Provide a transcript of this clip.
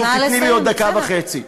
תיתני לי עוד דקה וחצי.